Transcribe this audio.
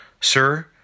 Sir